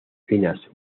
finas